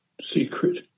secret